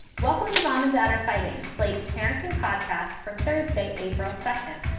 welcome to mom and dad are fighting. slate's parenting podcast for thursday, april second.